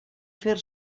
fer